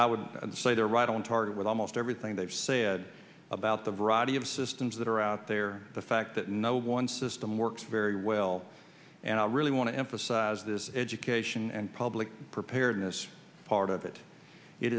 i would say they're right on target with almost everything they've said about the variety of systems that are out there the fact that no one system works very well and i really want to emphasize this education and public preparedness part of it it